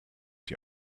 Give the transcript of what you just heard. die